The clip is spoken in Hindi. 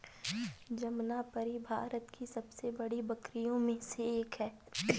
जमनापारी भारत की सबसे बड़ी बकरियों में से एक है